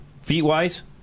feet-wise